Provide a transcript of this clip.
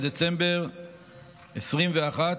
בדצמבר 2021,